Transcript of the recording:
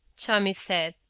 tommy said.